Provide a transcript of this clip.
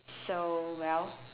so well